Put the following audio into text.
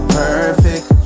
perfect